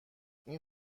این